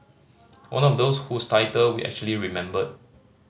one of those whose title we actually remembered